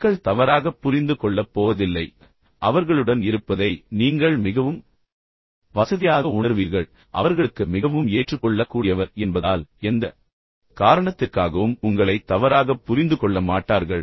மக்கள் தவறாகப் புரிந்து கொள்ளப் போவதில்லை என்பதை நீங்கள் அறிந்திருப்பதால் அவர்களுடன் இருப்பதை நீங்கள் மிகவும் வசதியாக உணருவீர்கள் ஏனென்றால் நீங்கள் வாய்மொழி மற்றும் சொற்களற்ற தகவல்தொடர்புகளில் சிறந்தவர் மேலும் அவர்களுக்கு மிகவும் ஏற்றுக்கொள்ளக்கூடியவர் என்பதால் எந்த காரணத்திற்காகவும் உங்களை தவறாகப் புரிந்துகொள்ள மாட்டார்கள்